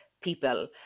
people